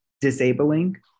disabling